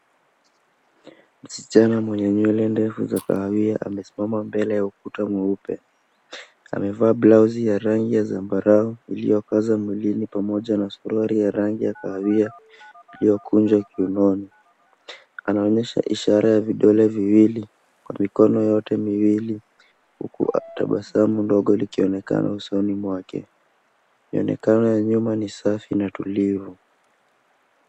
Msichana mwenye nywele ndefu za kahawia amesimama mbele ya ukuta mweupe. Amevaa blausi ya rangi ya zambarau iliyokaza mwilini pamoja na suruali ya rangi ya kahawia iliyokunjwa kiunoni. Anaonyesha ishara ya vidole viwili kwa mikono yote miwili huku tabasamu ndogo likionekana usoni mwake. Mwonekano ya nyuma ni safi na tulivu.